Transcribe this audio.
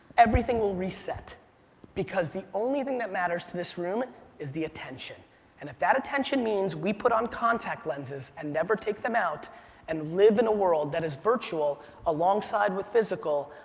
everything will reset because the only thing that matters to this room is the attention and if that attention means we put on contact lenses and never take them out and live in a world that is virtual alongside with physical,